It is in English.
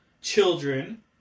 children